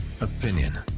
opinion